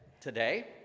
today